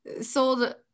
sold